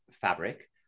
fabric